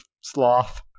sloth